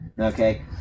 okay